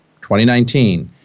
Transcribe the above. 2019